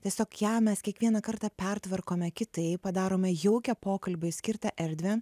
tiesiog ją mes kiekvieną kartą pertvarkome kitaip padarome jaukią pokalbiui skirtą erdvę